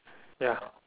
ya